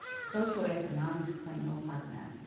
socioeconomics play no part in it.